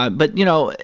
ah but, you know,